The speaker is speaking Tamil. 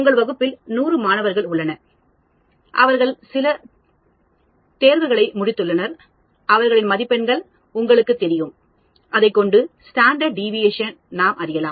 உங்கள் வகுப்பில் 100 மாணவர்கள் உள்ளனர் அவர்கள்சில தேர்வுகளை முடித்துள்ளனர் அவர்களின் மதிப்பெண்கள் உங்களுக்கு தெரியும் அதைக்கொண்டு ஸ்டாண்டர்டு டிவிஏஷன் நாம் அறியலாம்